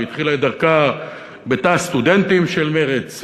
והתחילה את דרכה בתא הסטודנטים של מרצ,